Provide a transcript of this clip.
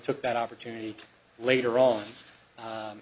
took that opportunity later on